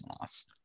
loss